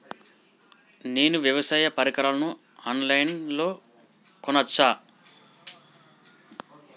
నేను వ్యవసాయ పరికరాలను ఆన్ లైన్ లో కొనచ్చా?